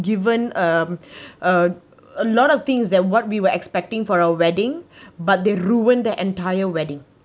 given um a a lot of things that what we were expecting for our wedding but they ruined the entire wedding